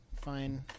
fine